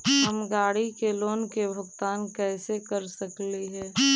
हम गाड़ी के लोन के भुगतान कैसे कर सकली हे?